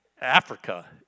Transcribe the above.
Africa